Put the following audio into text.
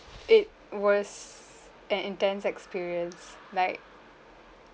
it was an intense experience like